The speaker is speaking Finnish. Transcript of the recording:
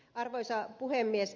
arvoisa puhemies